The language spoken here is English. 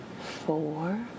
four